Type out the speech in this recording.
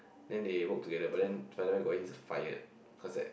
then they work together but then Spider-Man got him fired cause that